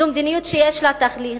זו מדיניות שיש לה תכלית,